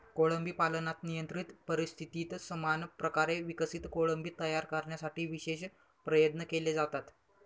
कोळंबी पालनात नियंत्रित परिस्थितीत समान प्रकारे विकसित कोळंबी तयार करण्यासाठी विशेष प्रयत्न केले जातात